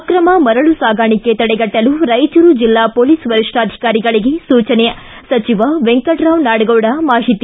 ಅಕ್ರಮ ಮರಳು ಸಾಗಾಣಿಕೆ ತಡೆಗಟ್ಟಲು ರಾಯಚೂರು ಜಿಲ್ಲಾ ಪೊಲೀಸ್ ವರಿಷ್ಠಾಧಿಕಾರಿಗಳಿಗೆ ಸೂಚನೆ ಸಚಿವ ವೆಂಕಟರಾವ್ ನಾಡಗೌಡ ಮಾಹಿತಿ